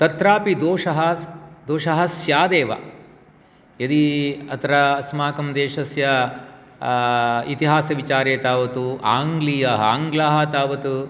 तत्रापि दोषः दोषः स्यादेव यदि अत्र अस्माकं देशस्य इतिहासविचारे तावत् आङ्गलीयाः आङ्ग्लाः तावत्